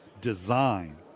design